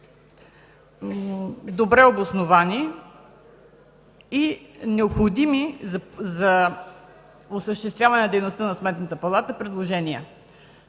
добре обосновани и необходими за осъществяване на дейността на Сметната